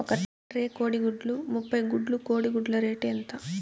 ఒక ట్రే కోడిగుడ్లు ముప్పై గుడ్లు కోడి గుడ్ల రేటు ఎంత?